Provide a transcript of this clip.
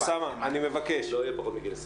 על המשמעות איך עובדים תחת סגר,